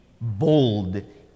bold